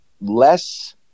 less